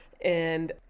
And-